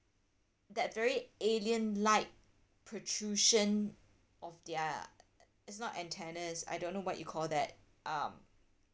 that very alien like protrusion of their it's not antennas I don't know what you call that um